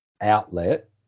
outlet